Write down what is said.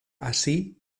así